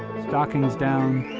stockings down,